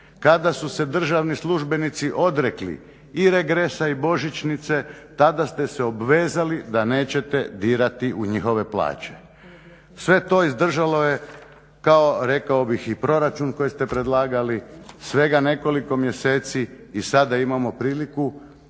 kada su se državni službenici odrekli i regresa i božićnice tada ste se obvezali da nećete dirati u njihove plaće. Sve to izdržalo je kao rekao bih i proračun koji ste predlagali svega nekoliko mjeseci i sada imamo priliku